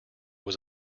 was